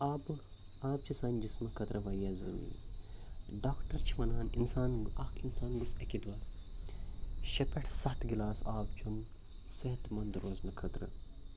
آبہٕ آب چھِ سانہِ جسمہٕ خٲطرٕ واریاہ ضٔروٗری ڈاکٹر چھِ وَنان اِنسان اَکھ اِنسان گوٚژھ اَکہِ دۄہ شےٚ پٮ۪ٹھ سَتھ گِلاس آب چیوٚن صحت منٛد روزنہٕ خٲطرٕ